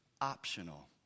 optional